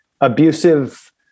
abusive